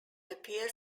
appears